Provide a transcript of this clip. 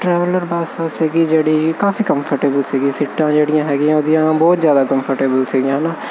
traveller bus ਸੀਗੀ ਜਿਹੜੀ ਕਾਫੀ ਕੰਫਰਟੇਬਲ ਸੀਗੀ ਸੀਟਾਂ ਜਿਹੜੀਆ ਹੈਗੀਆਂ ਉਹਦੀਆਂ ਬਹੁਤ ਜ਼ਿਆਦਾ ਕੰਫਰਟੇਬਲ ਸੀਗੀਆਂ ਹੈ ਨਾ